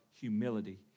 humility